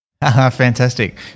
Fantastic